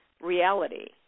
reality